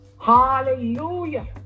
hallelujah